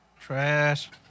Trash